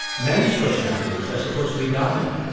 men's personalities are supposed to be dominant,